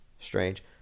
Strange